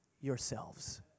yourselves